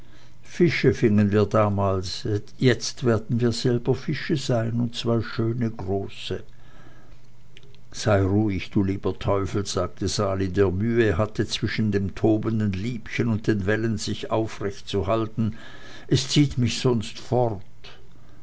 fische fingen wir damals jetzt werden wir selber fische sein und zwei schöne große sei ruhig du lieber teufel sagte sali der mühe hatte zwischen dem tobenden liebchen und den wellen sich aufrecht zu halten es zieht mich sonst fort